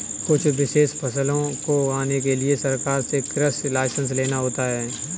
कुछ विशेष फसलों को उगाने के लिए सरकार से कृषि लाइसेंस लेना होता है